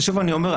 שוב אני אומר,